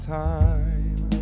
time